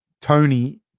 Tony